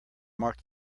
mark